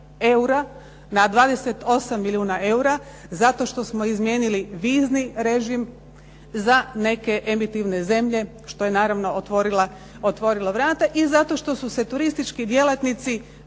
na 28 milijuna eura, zato što smo izmijenili vizni režim za neke emitivne zemlje što je naravno otvorilo vrata i zato što su se turistički djelatnici